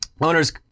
Owner's